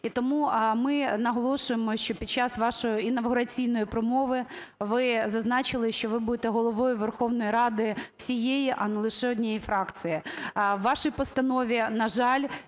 І тому ми наголошуємо, що під час вашої інавгураційної промови ви зазначили, що ви будете Головою Верховної Ради всієї, а не лише однієї фракції. У вашій постанові, на жаль,